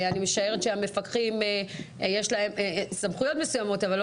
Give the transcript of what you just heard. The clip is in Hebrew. אני משערת שלמפקחים יש סמכויות מסוימות אבל לא